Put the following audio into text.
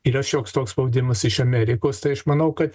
yra šioks toks spaudimas iš amerikos tai aš manau kad